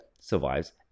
survives